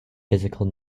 physical